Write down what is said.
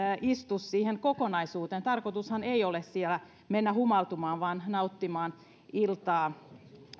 istu siihen kokonaisuuteen tarkoitushan ei ole siellä mennä humaltumaan vaan nauttimaan iltaa